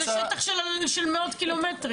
זה שטח של מאות קילומטרים.